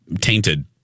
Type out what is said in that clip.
tainted